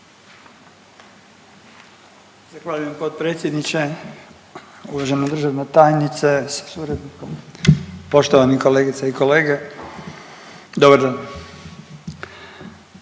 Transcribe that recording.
Gospodine potpredsjedniče, uvažena državna tajnice sa suradnikom, poštovani kolegice i kolege dobar dan.